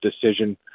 decision